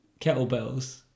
kettlebells